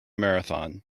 marathon